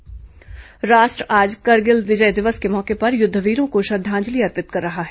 करगिल विजय दिवस राष्ट्र आज करगिल विजय दिवस के मौके पर युद्धवीरों को श्रद्धांजलि अर्पित कर रहा है